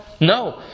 No